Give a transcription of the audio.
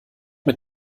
mit